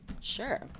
Sure